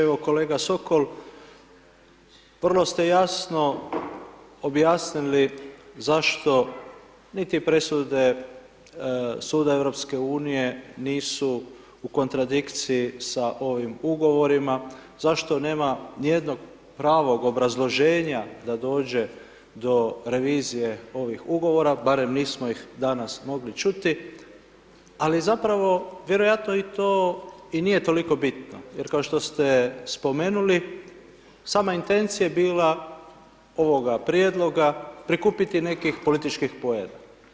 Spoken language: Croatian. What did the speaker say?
Evo, kolega Sokol, vrlo ste jasno objasnili zašto niti presude suda EU nisu u kontradikciji sa ovim ugovorima, zašto nema nijednog pravog obrazloženja da dođe do revizije ovih ugovora, barem nismo ih danas mogli čuti, ali zapravo, vjerojatno i to i nije toliko bitno jer kao što ste spomenuli, sama intencija je bila ovoga prijedloga prikupiti nekih političkih poena.